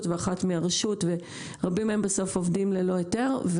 והנחיה אחרת מן הרשות המקומית ורבים מהם בסוף עובדים ללא היתר.